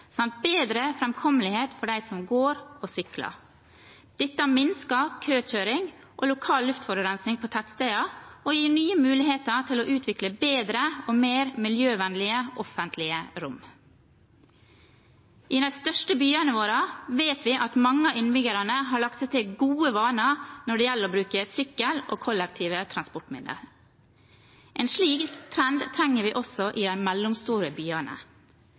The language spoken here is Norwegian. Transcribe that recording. samt bedre framkommelighet for dem som går og sykler. Dette minsker køkjøring og lokal luftforurensning på tettsteder, og det gir nye muligheter til å utvikle bedre og mer miljøvennlige offentlige rom. I de største byene våre vet vi at mange av innbyggerne har lagt seg til gode vaner når det gjelder å bruke sykkel og kollektive transportmidler. En slik trend trenger vi også i de mellomstore byene.